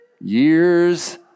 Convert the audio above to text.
Years